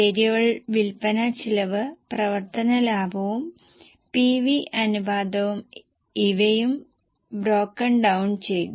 variable വിൽപ്പന ചിലവ് പ്രവർത്തന ലാഭവും പിവി അനുപാതം ഇവയും ബ്രോക്കൻ ഡൌൺ ചെയ്തു